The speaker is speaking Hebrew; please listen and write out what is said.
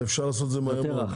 אפשר לעשות את זה מהר מאוד.